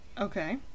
Okay